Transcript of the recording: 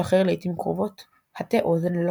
שחרר לעיתים קרובות; הטה אוזן ללקוחותיך.